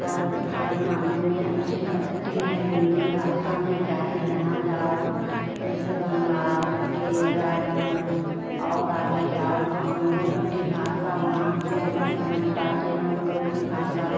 हर हर माने में अच्छी लगती है हिन्दी भाषा में चाहे जहाँ जाओ जैसे बंगाल केरल और आगे जाओ तो हम लोग की भाषा वहाँ के लोग नहीं समझ पाते हैं उन लोग की भाषा